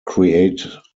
create